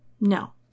No